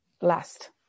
last